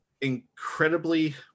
incredibly